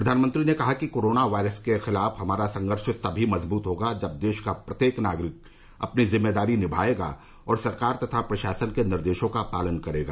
प्रधानमंत्री ने कहा कि कोरोना वायरस के खिलाफ हमारा संघर्ष तभी मजबूत रहेगा जब देश का प्रत्येक नागरिक अपनी जिम्मेदारी निभायेगा और सरकार तथा प्रशासन के निर्देशों का पालन करेगा